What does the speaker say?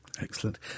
Excellent